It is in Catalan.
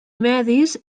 medis